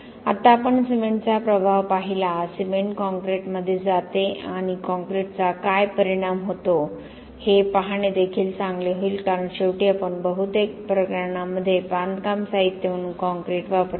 आता आपण सिमेंटचा प्रभाव पाहिला सिमेंट कॉंक्रिटमध्ये जाते आणि कॉंक्रिटचा काय परिणाम होतो हे पाहणे देखील चांगले होईल कारण शेवटी आपण बहुतेक प्रकरणांमध्ये बांधकाम साहित्य म्हणून काँक्रीट वापरतो